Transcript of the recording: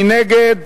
מי נגד?